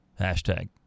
Hashtag